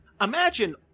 imagine